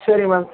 சரிங்க மேம்